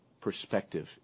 perspective